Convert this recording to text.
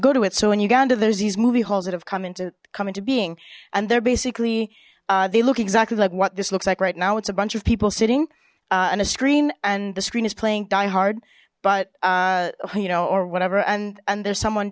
go to it so in uganda there's these movie halls that have come in to come into being and they're basically they look exactly like what this looks like right now it's a bunch of people sitting and a screen and the screen is playing die hard but you know or whatever and and there's someone